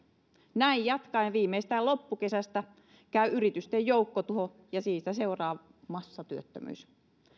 näin jatkaen viimeistään loppukesästä käy yritysten joukkotuho ja siitä seuraa massatyöttömyys